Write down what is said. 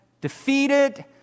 defeated